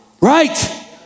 right